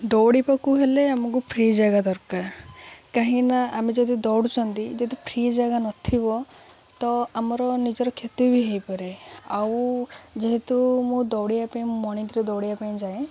ଦୌଡ଼ିବାକୁ ହେଲେ ଆମକୁ ଫ୍ରି ଜାଗା ଦରକାର କାହିଁକିନା ଆମେ ଯଦି ଦୌଡ଼ୁଛନ୍ତି ଯଦି ଫ୍ରି ଜାଗା ନଥିବ ତ ଆମର ନିଜର କ୍ଷତି ବି ହେଇପାରେ ଆଉ ଯେହେତୁ ମୁଁ ଦୌଡ଼ିବା ପାଇଁ ମୁଁ ମଣିିକରେ ଦୌଡ଼ିବା ପାଇଁ ଯାଏ